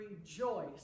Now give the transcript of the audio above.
rejoice